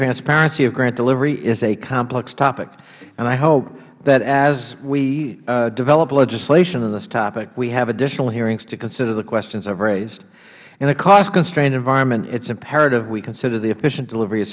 transparency of grant delivery is a complex topic i hope that as we develop legislation on this topic we have additional hearings to consider the questions i have raised in a cost constrained environment it is imperative that we consider the efficient delivery of